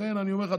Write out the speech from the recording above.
לכן אני אומר לך,